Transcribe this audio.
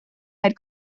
had